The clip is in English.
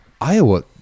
Iowa